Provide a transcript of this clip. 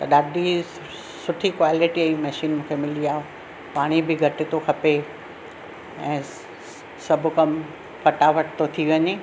ॾाढी सुठी क्वालिटीअ जी मशीन मूंखे मिली आहे पाणी बि घटि थो खपे ऐं सभु कमु फटाफटु थो थी वञे